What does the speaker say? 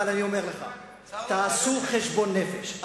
אבל אני אומר לך: תעשו חשבון נפש,